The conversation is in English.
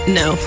no